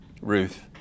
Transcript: Ruth